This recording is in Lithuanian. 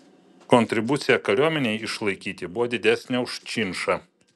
kontribucija kariuomenei išlaikyti buvo didesnė už činšą